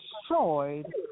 destroyed